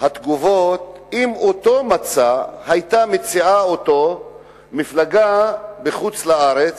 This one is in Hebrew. התגובות אם אותו מצע היתה מציעה מפלגה בחוץ-לארץ,